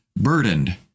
burdened